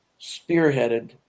spearheaded